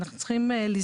אנחנו צריכים לזכור,